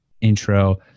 intro